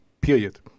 Period